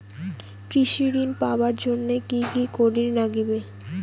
কৃষি ঋণ পাবার জন্যে কি কি করির নাগিবে?